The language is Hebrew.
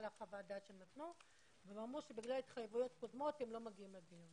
חוות הדעת שהם נתנו והם אמרו שבגלל התחייבויות קודמות הם לא מגיעים לדיון.